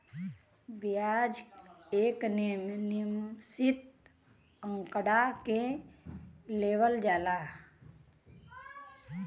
बियाज एक नियमित आंकड़ा मे लेवल जाला